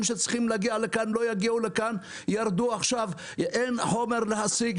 שצריכים להגיע לכאן ולא יגיעו לכאן ואין חומר להשיג.